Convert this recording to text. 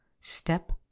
step